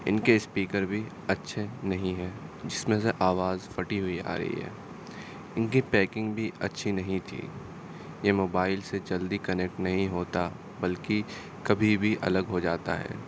ان کے اسپیکر بھی اچھے نہیں ہیں جس میں سے آواز پھٹی ہوئی آ رہی ہے ان کی پیکنگ بھی اچھی نہیں تھی یہ موبائل سے جلدی کنیکٹ نہیں ہوتا بالکہ کبھی بھی الگ ہو جاتا ہے